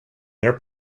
their